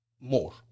more